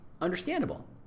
Understandable